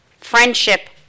friendship